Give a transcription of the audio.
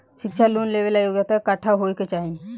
शिक्षा लोन लेवेला योग्यता कट्ठा होए के चाहीं?